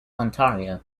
ontario